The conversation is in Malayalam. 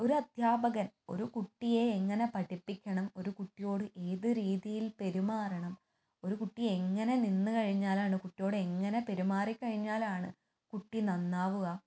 ഒരദ്ധ്യാപകൻ ഒരു കുട്ടിയെ എങ്ങനെ പഠിപ്പിക്കണം ഒരു കുട്ടിയോട് ഏത് രീതിയിൽ പെരുമാറണം ഒരു കുട്ടി എങ്ങനെ നിന്ന് കഴിഞ്ഞാലാണ് കുട്ടിയോട് എങ്ങനെ പെരുമാറിക്കഴിഞ്ഞാലാണ് കുട്ടി നന്നാവുക